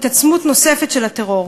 התעצמות נוספת של הטרור,